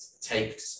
take